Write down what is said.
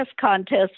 contest